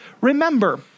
Remember